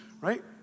right